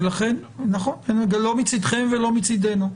לא מצדכם ולא מצדנו,